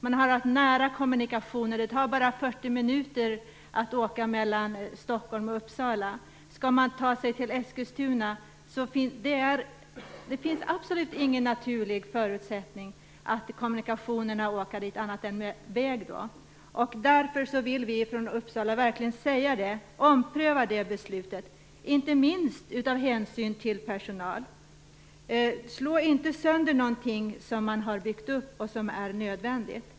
Man har täta kommunikationer. Det tar bara 40 minuter att åka mellan Stockholm och Uppsala. Det finns absolut inga naturliga kommunikationer mellan Uppsala och Eskilstuna annat än väg. Därför vill vi från Uppsala verkligen säga: Ompröva detta, inte minst av hänsyn till personal. Slå inte sönder någonting som byggts upp och som är nödvändigt.